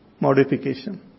modification